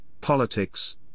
politics